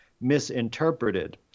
misinterpreted